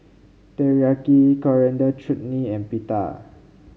Teriyaki Coriander Chutney and Pita